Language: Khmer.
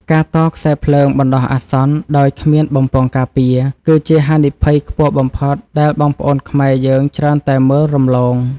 ការតខ្សែភ្លើងបណ្តោះអាសន្នដោយគ្មានបំពង់ការពារ គឺជាហានិភ័យខ្ពស់បំផុតដែលបងប្អូនខ្មែរយើងច្រើនតែមើលរំលង។